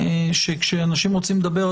שכאשר אנשים רוצים לדבר,